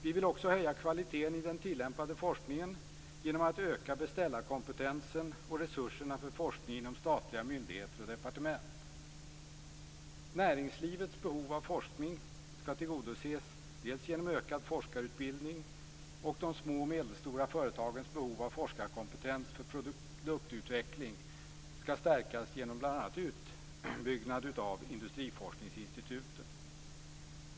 Vi vill också höja kvaliteten i den tillämpade forskningen genom att öka beställarkompetensen och resurserna för forskning inom statliga myndigheter och departement. Näringslivets behov av forskning skall tillgodoses genom ökad forskarutbildning, och de små och medelstora företagens behov av forskarkompetens för produktutveckling skall stärkas genom utbyggnad av bl.a. industriforskningsinstituten.